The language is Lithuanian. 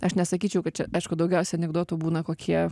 aš nesakyčiau kad čia aišku daugiausia anekdotų būna kokie